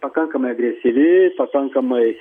pakankamai agresyvi pakankamai